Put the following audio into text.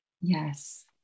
Yes